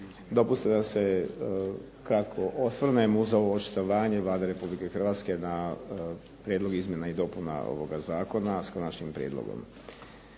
Dopustite da se kratko osvrnem uz ovo očitovanje Vlada RH na prijedlog izmjena i dopuna ovoga zakona s konačnim prijedlogom.